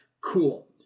Cool